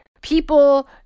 people